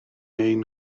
ein